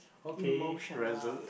emotional